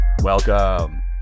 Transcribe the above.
Welcome